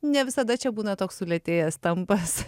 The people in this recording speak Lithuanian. ne visada čia būna toks sulėtėjęs tempas